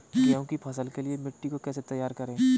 गेहूँ की फसल के लिए मिट्टी को कैसे तैयार करें?